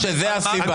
אתה מעריך שזאת הסיבה.